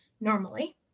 normally